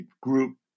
group